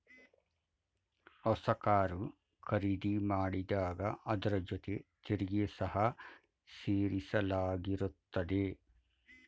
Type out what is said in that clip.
ಹೊಸ ಕಾರು ಖರೀದಿ ಮಾಡಿದಾಗ ಅದರ ಜೊತೆ ತೆರಿಗೆ ಸಹ ಸೇರಿಸಲಾಗಿರುತ್ತದೆ